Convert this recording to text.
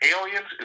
Aliens